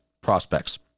Prospects